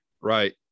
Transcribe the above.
right